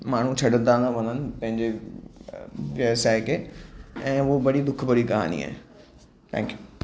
माण्हू छॾंदा था वञनि पंहिंजे व्यवसाय खे ऐं उहा बड़ी दुखभरी कहानी आहे थैंक्यू